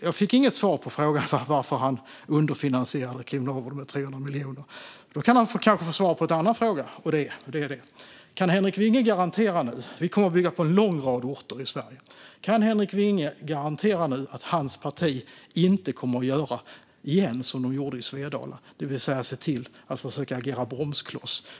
Jag fick inte något svar på frågan varför Henrik Vinge underfinansierade Kriminalvården med 300 miljoner. Då kan han få svara på en annan fråga. Vi kommer att bygga på en lång rad orter i Sverige. Kan Henrik Vinge garantera att hans parti inte kommer att upprepa vad de gjorde i Svedala, det vill säga agera bromskloss?